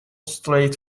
straight